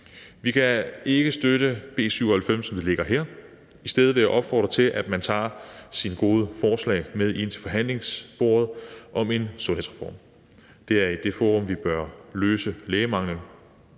Vi kan ikke støtte B 97, som det ligger her. I stedet vil jeg opfordre til, at man tager sine gode forslag med ind til forhandlingsbordet om en sundhedsreform. Det er i det forum, vi bør løse lægemanglen,